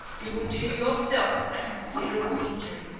you will do yourself a considerable injury.